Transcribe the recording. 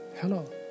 Hello